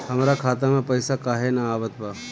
हमरा खाता में पइसा काहे ना आवत बा?